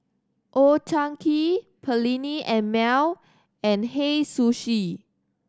Old Chang Kee Perllini and Mel and Hei Sushi